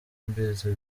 mbizi